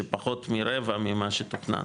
שפחות מרבע ממה שתוכנן